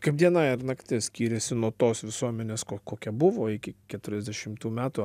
kaip diena ir naktis skyrėsi nuo tos visuomenės ko kokia buvo iki keturiasdešimtų metų